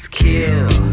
kill